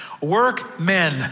Workmen